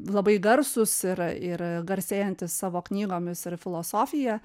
labai garsūs ir ir garsėjantys savo knygomis ir filosofija